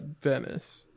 Venice